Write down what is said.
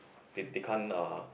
they they can't uh